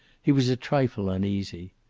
he was a trifle uneasy.